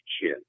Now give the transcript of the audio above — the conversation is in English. chin